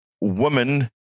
woman